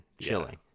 chilling